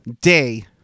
day